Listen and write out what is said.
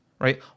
right